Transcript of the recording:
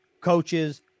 coaches